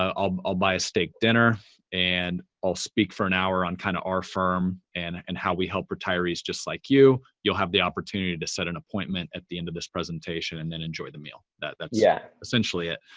ah i'll i'll buy a steak dinner and i'll speak for an hour on kind of our firm and and how we help retirees just like you, you'll have the opportunity to set an appointment at the end of this presentation, and then enjoy the meal. that's yeah essentially it.